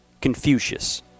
Confucius